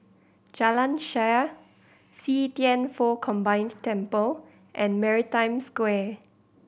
Jalan Shaer See Thian Foh Combined Temple and Maritime Square